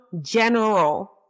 general